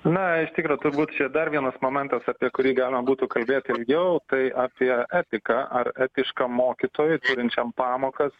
na iš tikro turbūt čia dar vienas momentas apie kurį galima būtų kalbėti ilgiau tai apie etiką ar etiška mokytojui turinčiam pamokas